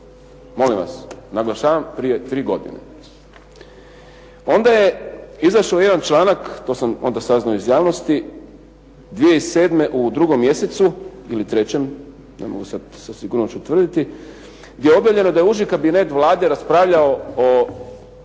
Molim vas, naglašavam prije tri godine. Onda je izašao jedan članak, to sam onda saznao iz javnosti 2007. u drugom mjesecu ili trećem, ne mogu sad sa sigurnošću tvrditi, gdje je objavljeno da je uži kabinet Vlade raspravljao o